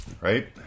right